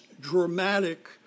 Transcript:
dramatic